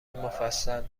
مفصل